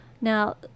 Now